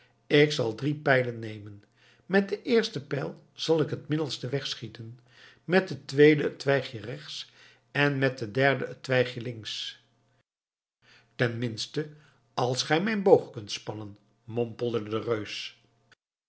ik zal drie pijlen nemen met den eersten pijl zal ik het middelste wegschieten met den tweeden het twijgje rechts en met den derden het twijgje links ten minste als ge mijn boog kunt spannen mompelde de reus